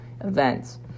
events